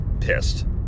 pissed